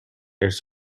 ارث